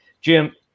Jim